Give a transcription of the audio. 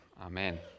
Amen